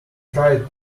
tried